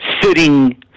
sitting